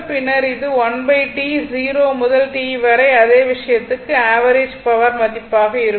பின்னர் இது 1 T 0 முதல் T வரை அதே விஷயத்துக்கு ஆவரேஜ் பவர் மதிப்பாக இருக்கும்